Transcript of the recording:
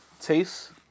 taste